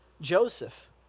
Joseph